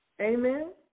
Amen